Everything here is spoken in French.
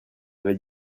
avait